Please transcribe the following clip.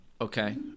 Okay